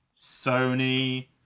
Sony